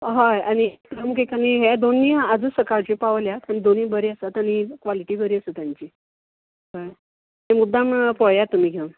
हय आनी हे दोनी आयजूच सकाळचे पावल्यात आनी दोनी बरे आसात आनी क्वॉलिटी बरी आसा तांची कळ्ळें मुद्दाम पळयात तुमी घेवन